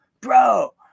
bro